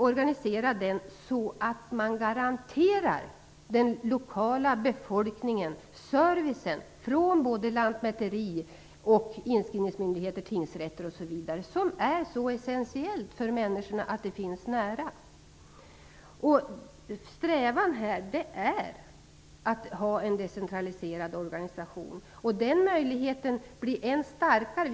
Organisationen skall kunna garantera den lokala befolkningen service från lantmäteri, inskrivningsmyndigheter, tingsrätter osv. Det är essentiellt att dessa myndigheter finns tillgängliga. Strävan är att ha en decentraliserad organisation. Den möjligheten blir än starkare.